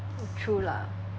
mm true lah